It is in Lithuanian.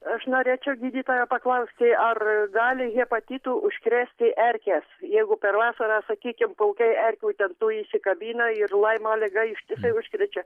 aš norėčiau gydytojo paklausti ar gali hepatitu užkrėsti erkės jeigu per vasarą sakykim pulkai erkių ten tų įsikabina ir laimo liga ištisai užkrečia